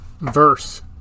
verse